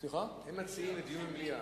הם מציעים דיון במליאה.